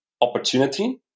opportunity